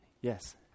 Yes